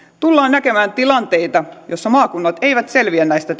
tullaan näkemään tilanteita joissa maakunnat eivät selviä näistä